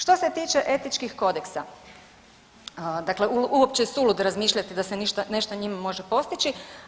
Što se tiče etičkih kodeksa, dakle uopće je suludo razmišljati da se nešto njima može postići.